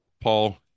Paul